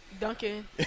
Duncan